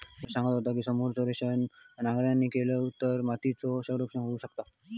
गणेश सांगा होतो, समोच्च रेषेन नांगरणी केलव तर मातीयेचा संरक्षण होऊ शकता